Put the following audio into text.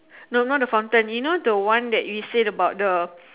no not the fountain you know the one that we said about the